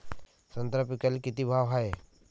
संत्रा पिकाले किती भाव हाये?